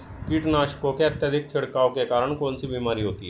कीटनाशकों के अत्यधिक छिड़काव के कारण कौन सी बीमारी होती है?